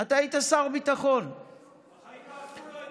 אתה היית שר ביטחון, בחיים לא עשו לו את זה.